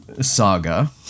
saga